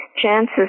chances